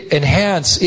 enhance